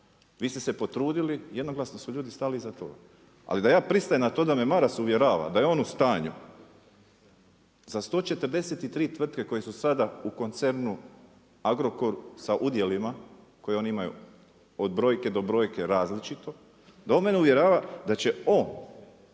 Vi ste se potrudili. Jednoglasno su ljudi stali iza toga. Ali da ja pristajem na to da me Maras uvjerava da je on u stanju za 143 tvrtke koje su sada u koncernu Agrokor sa udjelima koje oni imaju od brojke do brojke različito, da on mene uvjerava da će on